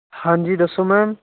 ਹਾਂਜੀ ਦੱਸੋ ਮੈਮ